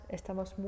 estamos